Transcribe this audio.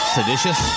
Seditious